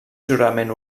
jurament